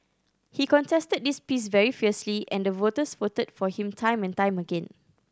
he contested this piece very fiercely and the voters voted for him time and time again